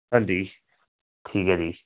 ਹਾਂਜੀ ਠੀਕ ਹੈ ਜੀ